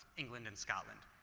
england and scotland.